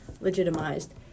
legitimized